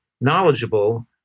knowledgeable